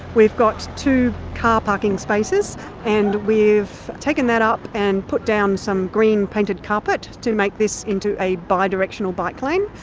we've got two car parking spaces and we've taken that up and put down some green painted carpet to make this into a bidirectional bike lane.